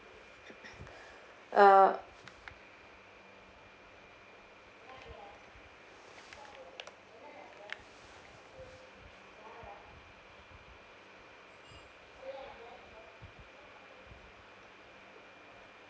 uh